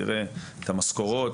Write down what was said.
תראה את המשכורות